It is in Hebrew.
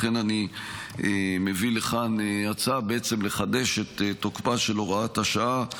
לכן אני מביא לכאן הצעה לחדש את תוקפה של הוראת השעה,